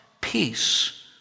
Peace